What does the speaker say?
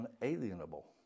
unalienable